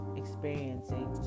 experiencing